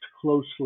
closely